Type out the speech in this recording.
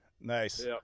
Nice